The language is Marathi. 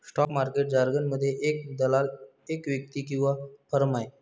स्टॉक मार्केट जारगनमध्ये, एक दलाल एक व्यक्ती किंवा फर्म आहे